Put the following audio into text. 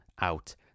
out